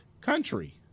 country